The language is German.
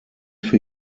für